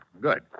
Good